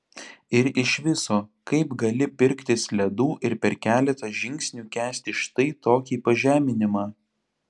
ir iš viso kaip gali pirktis ledų ir per keletą žingsnių kęsti štai tokį pažeminimą